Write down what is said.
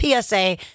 PSA